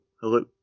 Hello